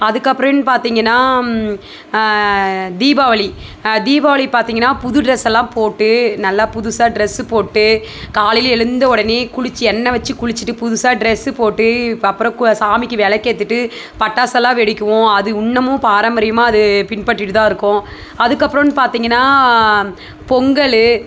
அதுக்கப்புறம்னு பார்த்தீங்கன்னா தீபாவளி தீபாவளி பார்த்தீங்கன்னா புது ட்ரெஸ் எல்லாம் போட்டு நல்லா புதுசா ட்ரெஸ்ஸு போட்டு காலையில் எழுந்த உடனே குளித்து எண்ணெய் வச்சு குளிச்சிட்டு புதுசா ட்ரெஸ்ஸு போட்டு அப்புறம் கு சாமிக்கு விளக்கு ஏற்றிட்டு பட்டாஸெல்லாம் வெடிக்குவோம் அது இன்னமும் பாரம்பரியமா அது பின்பற்றிட்டுதான் இருக்கோம் அதுக்கப்பறம்னு பார்த்தீங்கன்னா பொங்கல்